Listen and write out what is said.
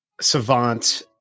savant